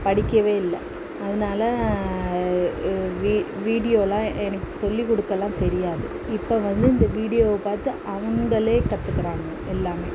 படிக்கவே இல்லை அதனால வி வீடியோயெலாம் எனக்கு சொல்லி கொடுக்கலாம் தெரியாது இப்போ வந்து இந்த வீடியோவை பார்த்து அவங்களே கற்றுக்கிறாங்க எல்லாமே